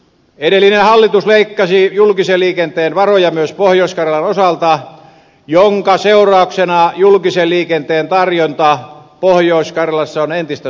edellinen hallitus leikkasi julkisen liikenteen varoja myös pohjois karjalan osalta minkä seurauksena julkisen liikenteen tarjonta pohjois karjalassa on entistä surkeampaa